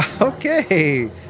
Okay